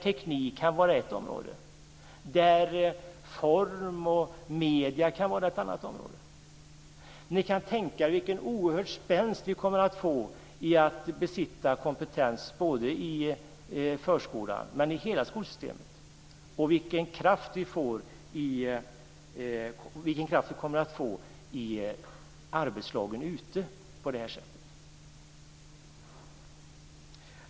Teknik kan vara ett sådant område; form och medier kan vara ett annat. Ni kan tänka er vilken oerhörd spänst man kommer att få genom att besitta kompetens inte bara i förskolan utan i hela skolsystemet, och vilken kraft man kommer att få ute i arbetslagen på det här sättet.